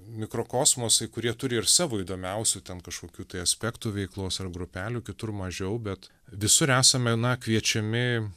mikrokosmosai kurie turi ir savo įdomiausių ten kažkokių tai aspektų veiklos ar grupelių kitur mažiau bet visur esame na kviečiami